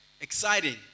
Exciting